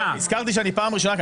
הזכרתי שאני פעם ראשונה כאן.